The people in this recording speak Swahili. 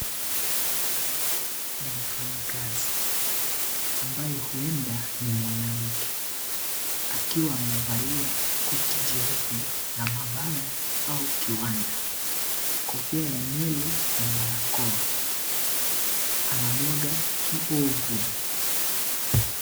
Ni mfanyikazi, ambaye huenda ni mwanamke akiwa amevalia koti jeupe la maabara au kiwanda kofia ya nywele na barakoa, anamwaga kiovu.